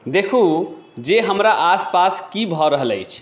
देखू जे हमरा आस पास की भऽ रहल अछि